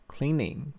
Cleaning